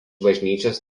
bažnyčios